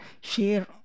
share